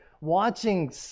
watching